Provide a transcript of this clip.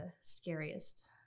scariest